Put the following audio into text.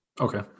Okay